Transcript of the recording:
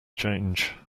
change